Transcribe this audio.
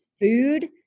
food